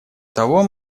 того